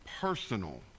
personal